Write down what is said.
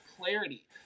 clarity